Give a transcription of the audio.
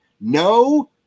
No